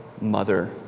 mother